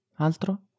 Altro